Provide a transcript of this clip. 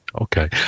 okay